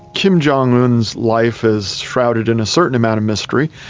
kim jong-un's life is shrouded in a certain amount of mystery,